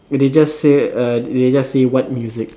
they they just say uh they they just say what music